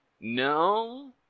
No